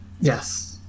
Yes